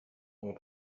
ont